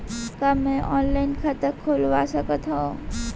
का मैं ऑनलाइन खाता खोलवा सकथव?